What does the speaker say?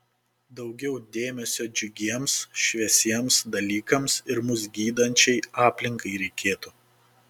daugiau dėmesio džiugiems šviesiems dalykams ir mus gydančiai aplinkai reikėtų